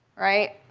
right?